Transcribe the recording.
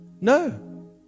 No